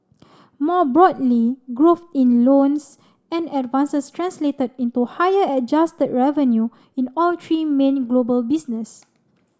more broadly growth in loans and advances translated into higher adjusted revenue in all three many global business